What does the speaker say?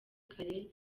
kare